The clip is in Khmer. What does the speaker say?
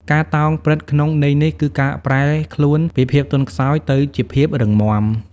ការតោងព្រឹត្តិក្នុងន័យនេះ គឺការប្រែខ្លួនពីភាពទន់ខ្សោយទៅជាភាពរឹងមាំ។